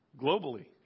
globally